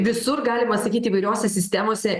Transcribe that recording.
visur galima sakyt įvairiose sistemose